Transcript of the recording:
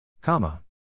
Comma